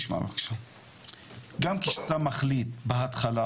גם כשאתה מחליט בהתחלה,